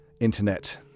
internet